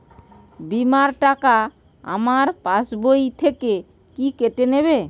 বিমার টাকা আমার পাশ বই থেকে কি কেটে নেবে?